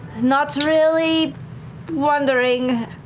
nott's really wondering.